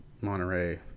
monterey